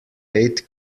aid